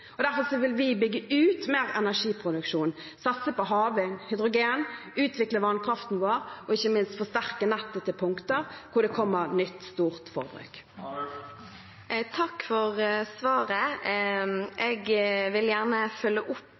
Derfor vil vi bygge ut mer energiproduksjon, satse på havvind, hydrogen, utvikle vannkraften vår og ikke minst forsterke nettet til punkter hvor det kommer nytt stort forbruk. Takk for svaret. Jeg vil gjerne følge opp